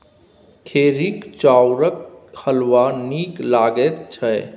खेरहीक चाउरक हलवा नीक लगैत छै